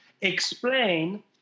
explain